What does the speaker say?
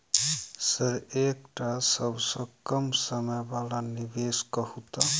Sir एकटा सबसँ कम समय वला निवेश कहु तऽ?